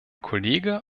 kollege